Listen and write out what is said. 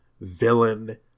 villain